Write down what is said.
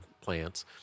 plants